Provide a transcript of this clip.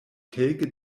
kelke